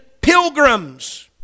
pilgrims